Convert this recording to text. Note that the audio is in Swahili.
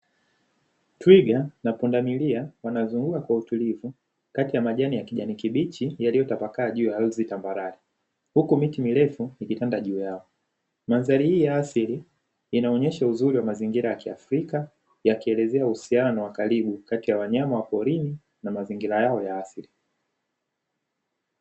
Twiga na pundamilia wanazunguka kwa utulivu kati ya majani ya kijani kibichi yaliyotapakaa juu ya ardhi tambarare, huku miti mirefu ikitanda juu yao. Mandhari hii ya asili inaonesha uzuri wa mazingira ya kiafrika, yakielezea uhusiano wa karibu katika ya wanyama wa porini na mazingira yao ya asili.